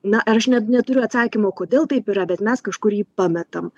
na aš net neturiu atsakymo kodėl taip yra bet mes kažkur jį pametam